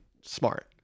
smart